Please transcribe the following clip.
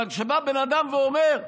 אבל כשבא בן אדם ואומר: